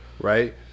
right